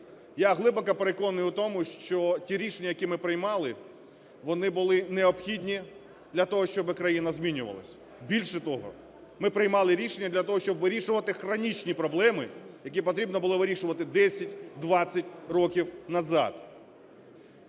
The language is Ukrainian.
Я глибоко переконаний у тому, що ті рішення, які ми приймали, вони були необхідні для того, щоби країна змінювалась. Більше того, ми приймали рішення для того, щоб вирішувати хронічні проблеми, які потрібно було вирішувати 10, 20 років назад.